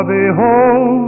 behold